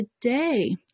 today